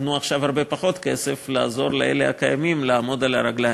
תנו עכשיו הרבה פחות כסף לעזור לאלה הקיימים לעמוד על הרגליים.